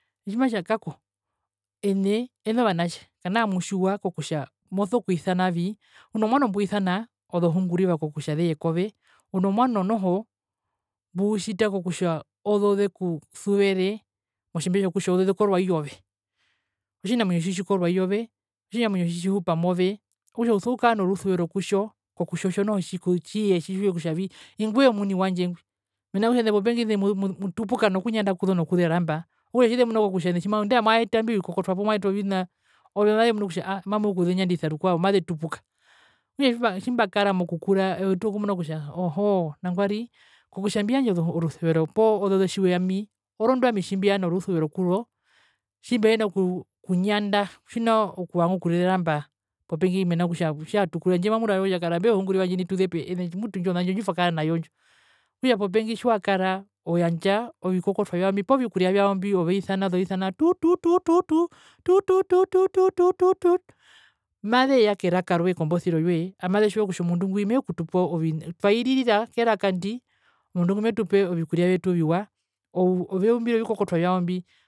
Otjimatja kako ene owene ovanatje okwisana unomwano mbwisana ozohunguriva kokutja zeye kove uno mwano noho mbuutjita kokutja ozozekusuvere motjimbe tjokutja ozo zekorwa iyove otjinamwinyo tjikorwa iyove otjinamwinyo tjitjihupa move okutja ove uso kukara norusuvero kutjo kkokutja otjo noho tji tjiye tjitjiwe kutjavii ingwi eemuni wandje ngwi, mena rokutja ene popengi mutupuka okuriama kuzo nokuzeramba okutja otjizemununa kutja ene tjimwa nandae mwaeta imbio vikokotwa poo mwaeta ovina ozo mazemunu kutja mumuyekuzenyandisa rukwao mazetupuka okutja tji tjimbakara mokukura eutu okumuna kutja ohoo nangwari kutja mbiyandje orusuvero poo ozo zetjiwe ami orondu ami tjimbeya noruseuvero kuzo, tjimbihena okunyanda tjina okuvanga okuzeramba popengi mena rokutja tjaatukuru handje mamuraerwa kutja karambee ozohunguriva ndjini tuzepe mutu indjo nandjo ndjitwakara nayo ndjo okutja popengi tjiwakara oyandja ovikokotwa vyao mbi poo vikuria vyao mvi ozeisana ozeisana tuutuututututuu tutuutuu mazeya keraka roye kombosiro yoye amazetjiwa kutja omundu ngwi mekutupa ovina twairirra keraka ndi omundu ngwi metupe ovikuria vyetu oviwa ozeumbire ovikokotwa vyao mbi.